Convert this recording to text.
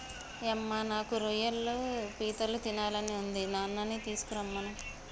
యమ్మ నాకు రొయ్యలు పీతలు తినాలని ఉంది నాన్ననీ తీసుకురమ్మను